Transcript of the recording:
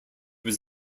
was